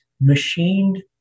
machined